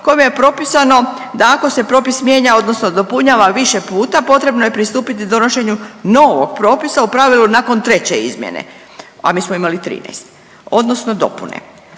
kojim je propisano da ako se propis mijenja odnosno dopunjava više puta potrebno je pristupiti donošenju novog propisa u pravilu nakon treće izmjene, a mi smo imali 13 odnosno dopune